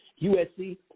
USC